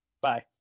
Bye